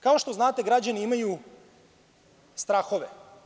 Kao što znate, građani imaju strahove.